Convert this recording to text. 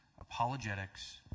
apologetics